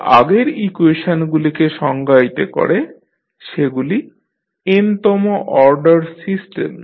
যা আগের ইকুয়েশনগুলিকে সংজ্ঞায়িত করে সেগুলি n তম অর্ডার সিস্টেম